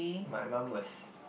my mum was